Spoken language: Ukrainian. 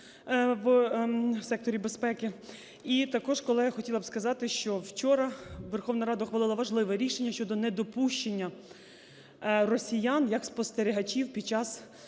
в секторі безпеки. І також, колеги, хотіла би сказати, що вчора Верховна Рада ухвалила важливе рішення щодо недопущення росіян як спостерігачів під час